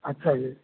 अच्छा जी